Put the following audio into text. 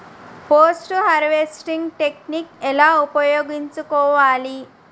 Post harvesting technique ఎలా ఉపయోగించుకోవాలి?